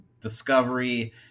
discovery